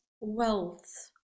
wealth